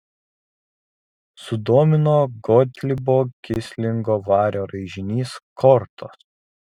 sudomino gotlibo kislingo vario raižinys kortos